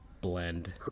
Blend